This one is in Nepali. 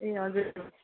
ए हजुर